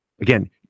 again